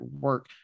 work